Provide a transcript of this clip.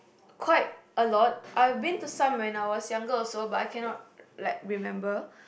quite a lot I've been to some when I was younger also but I cannot like remember